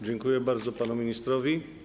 Dziękuję bardzo panu ministrowi.